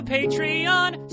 Patreon